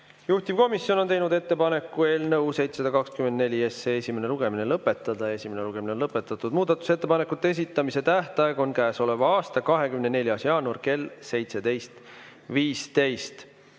Juhtivkomisjon on teinud ettepaneku eelnõu 724 esimene lugemine lõpetada. Esimene lugemine on lõpetatud. Muudatusettepanekute esitamise tähtaeg on käesoleva aasta 24. jaanuar kell 17.15.